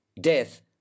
Death